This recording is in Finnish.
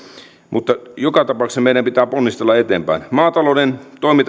mutta joka tapauksessa meidän pitää ponnistella eteenpäin maatalouden